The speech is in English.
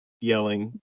yelling